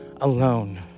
alone